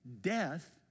death